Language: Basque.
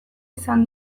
izan